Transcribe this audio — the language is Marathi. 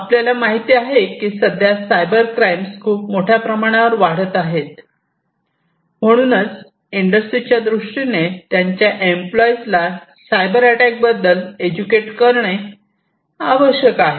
आपल्याला माहिती आहे की सध्या सायबर क्राईम्स खूप मोठ्या प्रमाणावर वाढत आहेत म्हणूनच इंडस्ट्रीच्या दृष्टीने त्यांच्या एम्प्लाइजला सायबर अटॅक बद्दल एज्युकेट करणे आवश्यक आहे